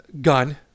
gun